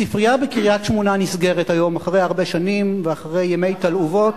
הספרייה בקריית-שמונה נסגרת היום אחרי הרבה שנים ואחרי ימי תלאובות,